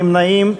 ואין נמנעים.